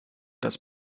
das